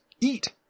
eat